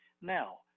Now